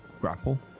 grapple